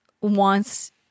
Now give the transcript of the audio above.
wants